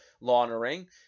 laundering